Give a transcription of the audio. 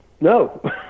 No